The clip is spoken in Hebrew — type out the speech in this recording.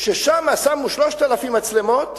שמו שם 3,000 מצלמות,